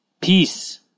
Peace